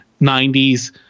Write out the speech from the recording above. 90s